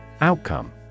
Outcome